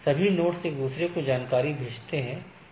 सभी नोड्स एक दूसरे को जानकारी भेजते हैं